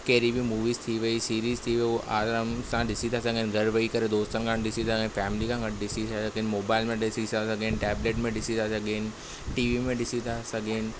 कहिड़ी बि मूवीस थी वेई सीरीस थी वेई उहो आराम सां ॾिसी था सघनि घरु वेई करे दोस्तनि खां गॾु ॾिसी फैमिली खां गॾु ॾिसी था सघेनि मोबाइल में ॾिसी था सघेनि टेबलेट में ॾिसी था सघेनि टी वी में ॾिसी था सघेनि